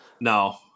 No